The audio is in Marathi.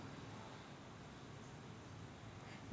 मिन कुनाले पैसे दिले असन तर कुठ पाहाचं?